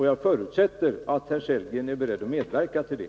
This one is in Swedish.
Jag förutsätter att herr Sellgren medverkar till det.